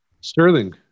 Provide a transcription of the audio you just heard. Sterling